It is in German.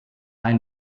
ein